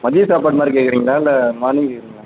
மதிய சாப்பாடு மாதிரி கேட்குறீங்களா இல்லை மார்னிங் கேட்குறீங்களா